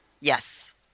yes